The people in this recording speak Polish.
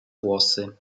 włosy